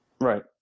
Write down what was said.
Right